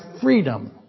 freedom